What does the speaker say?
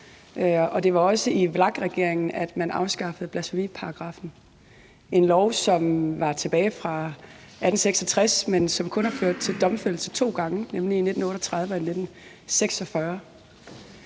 det var også i VLAK-regeringen, at man afskaffede blasfemiparagraffen, som var en paragraf tilbage fra 1866, som kun har ført til domfældelse to gange, nemlig i 1938 og i 1946.